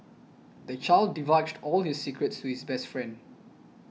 the child divulged all this secrets to his best friend